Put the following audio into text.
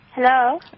Hello